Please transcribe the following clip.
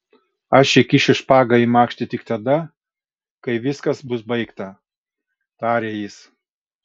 aš įkišiu špagą į makštį tik tada kai viskas bus baigta tarė jis